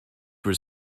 were